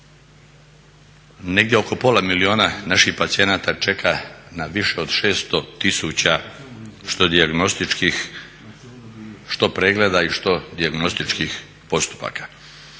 negdje oko pola milijuna naših pacijenata čeka na više od 600 tisuća što dijagnostičkih, što pregleda i što dijagnostičkih postupaka.